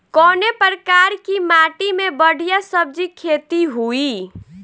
कवने प्रकार की माटी में बढ़िया सब्जी खेती हुई?